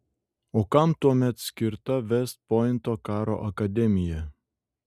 o kam tuomet skirta vest pointo karo akademija